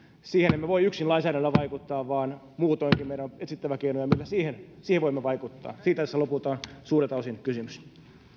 siihen emme voi yksin lainsäädännöllä vaikuttaa vaan muutoinkin meidän on etsittävä keinoja millä siihen siihen voimme vaikuttaa siitä tässä lopulta on suurelta osin kysymys